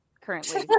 currently